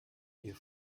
ihr